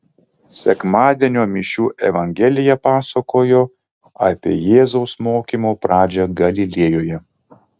sekmadienio mišių evangelija pasakojo apie jėzaus mokymo pradžią galilėjoje